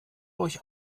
euch